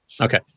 Okay